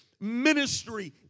Ministry